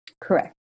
Correct